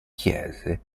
chiese